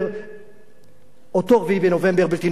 אותו 4 בנובמבר בלתי נשכח, 1995,